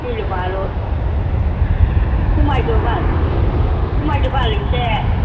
गिलु बालु खमायदो बाल खमायदो बाल एसे